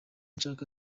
nshaka